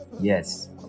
Yes